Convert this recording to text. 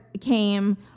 came